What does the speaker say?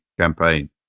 campaign